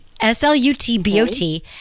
S-L-U-T-B-O-T